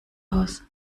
aus